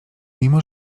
mimo